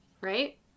Right